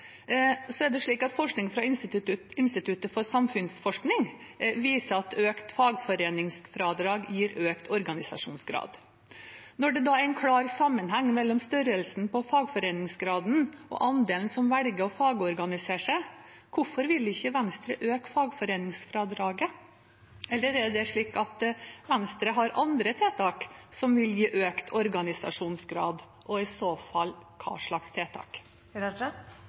Forskning fra Institutt for samfunnsforskning viser at økt fagforeningsfradrag gir økt organisasjonsgrad. Når det da er en klar sammenheng mellom størrelsen på fagforeningsfradraget og andelen som velger å fagorganisere seg, hvorfor vil ikke Venstre øke fagforeningsfradraget? Eller er det slik at Venstre har andre tiltak som vil gi økt organisasjonsgrad? I så fall: Hva slags tiltak? Jeg takker for anerkjennelsen for bakgrunnen. Jeg vil også nevne at da jeg kom inn i